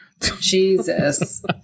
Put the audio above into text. Jesus